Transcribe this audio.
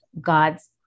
God's